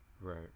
Right